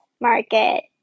market